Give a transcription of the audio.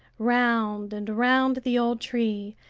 round and round the old tree,